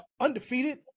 undefeated